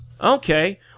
Okay